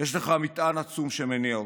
יש לך מטען עצום שמניע אותך.